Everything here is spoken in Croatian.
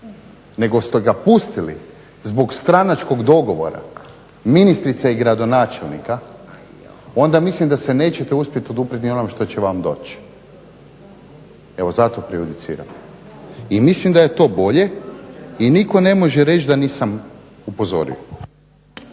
nego ste ga pustili zbog stranačkog dogovora ministrice i gradonačelnika, onda mislim da se nećete uspjeti oduprijeti ni onom što će vam doći. Evo, zato prejudiciram. I mislim da je to bolje i nitko ne može reći da nisam upozorio.